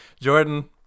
Jordan